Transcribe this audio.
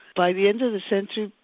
by the end of the century,